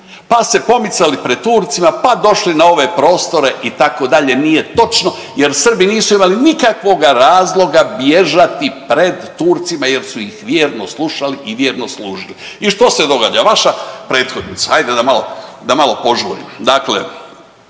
pa se pomicali pred Turcima pa došli na ove prostore, itd., nije točno jer Srbi nisu imali nikakvoga razloga bježati pred Turcima jer su ih vjerno slušali i vjerno služili. I što se događa? Vaša prethodnica, ajde da malo, da malo